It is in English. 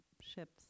ships